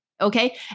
okay